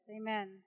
amen